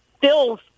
fills